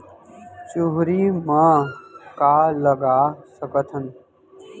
चुहरी म का लगा सकथन?